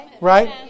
Right